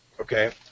okay